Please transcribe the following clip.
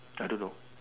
I don't know